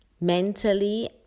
mentally